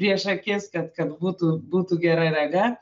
prieš akis kad kad būtų būtų gera rega